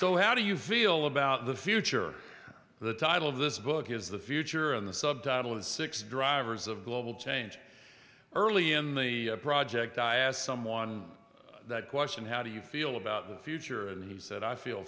so how do you feel about the future the title of this book is the future in the subtitle of the six drivers of global change early in the project i asked someone that question how do you feel about the future and he said i feel